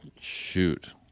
Shoot